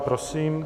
Prosím.